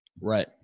Right